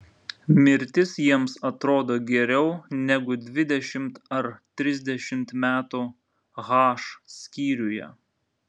mirtis jiems atrodo geriau negu dvidešimt ar trisdešimt metų h skyriuje